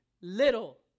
little